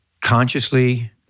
consciously